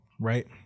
right